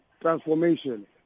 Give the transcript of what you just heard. transformation